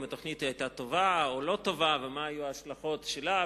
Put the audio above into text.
אם התוכנית היתה טובה או לא טובה ומה היו ההשלכות שלה,